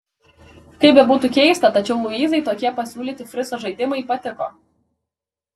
kaip bebūtų keista tačiau luizai tokie pasiūlyti frico žaidimai patiko